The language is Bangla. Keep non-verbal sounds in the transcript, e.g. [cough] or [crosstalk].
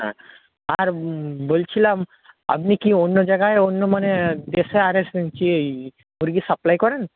হ্যাঁ আর বলছিলাম আপনি কি অন্য জায়গায়ও অন্য মানে [unintelligible] মুরগি সাপ্লাই করেন